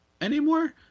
anymore